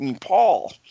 Paul